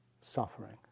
suffering